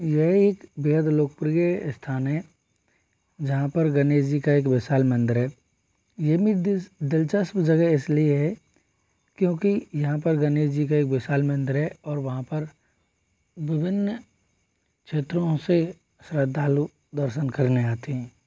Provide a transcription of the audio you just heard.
यह एक बेहद लोकप्रिय स्थान है जहाँ पर गणेश जी का एक विशाल मंदिर है ये भी दिलचस्प जगह इसलिए है क्योंकि यहाँ पर गणेश जी का एक विशाल मंदिर है और वहाँ पर विभिन्न क्षेत्रों से श्रद्धालु दर्शन करने आते हैं